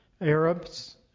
Arabs